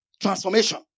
transformation